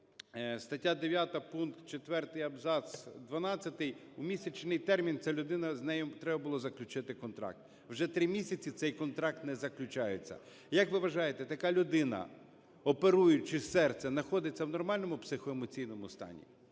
(стаття 9, пункт 4, абзац 12) в місячний термін ця людина… з нею треба було заключити контракт. Вже три місяці цей контракт незаключається. Як ви вважаєте, така людина. оперуючи серце, знаходиться в нормальному психоемоційному стані?